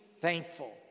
thankful